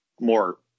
more